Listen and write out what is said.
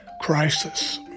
crisis